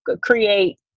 create